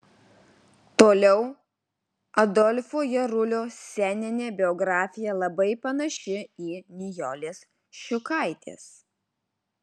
toliau adolfo jarulio sceninė biografija labai panaši į nijolės ščiukaitės